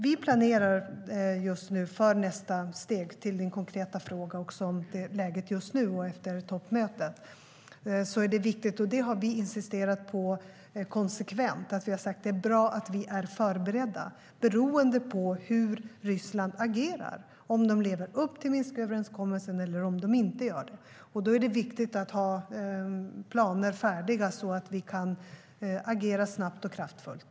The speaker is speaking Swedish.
Vi planerar just nu för nästa steg, för att anknyta till Karin Enströms konkreta fråga om läget just nu och efter toppmötet. Vi har konsekvent insisterat på att det är bra att vi är förberedda. Vad som sker är beroende av hur Ryssland agerar - om man lever upp till Minsköverenskommelsen eller inte. Då är det viktigt att ha planer färdiga så att vi kan agera snabbt och kraftfullt.